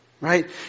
Right